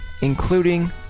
including